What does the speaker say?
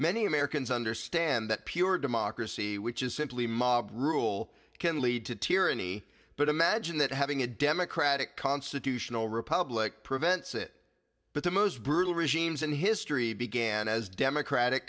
many americans understand that pure democracy which is simply mob rule can lead to tyranny but imagine that having a democratic constitutional republic prevents it but the most brutal regimes in history began as democratic